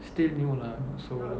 still new lah not so